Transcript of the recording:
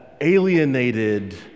alienated